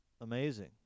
amazing